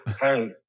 hey